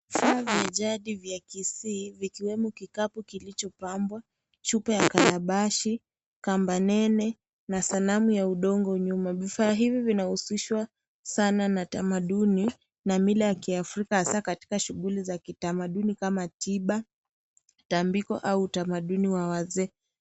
Vifaa vya jadi vya kisii vikiwemo kikapu kilichopambwa, chupa ya kalabashi, kamba nene na sanamu ya udongo nyuma. Vifaa hivi vinahusishwa sana na tamaduni, na mila ya kiafrika hasaa katika shughuli za kitamaduni kama tiba, tambiko, au utamaduni wa wazee.